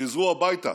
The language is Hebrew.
חזרו הביתה,